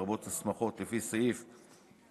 לרבות הסמכות לפי סעיף 59א(א),